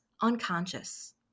unconscious